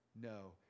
No